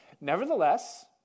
Nevertheless